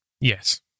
Yes